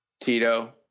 Tito